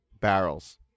barrels